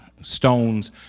stones